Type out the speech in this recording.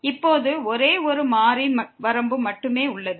இப்போது ஒரே ஒரு மாறி வரம்பு மட்டுமே உள்ளது